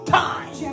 time